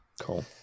cool